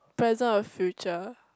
present or future